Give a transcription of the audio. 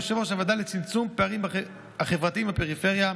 יושב-ראש הוועדה המיוחדת לצמצום פערים חברתיים בפריפריה,